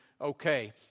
okay